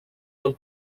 del